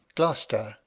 gloucester,